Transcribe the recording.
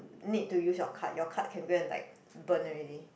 need to use your card your card can go and like burn already